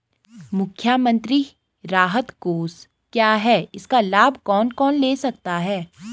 मुख्यमंत्री राहत कोष क्या है इसका लाभ कौन कौन ले सकता है?